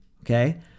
Okay